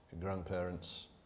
grandparents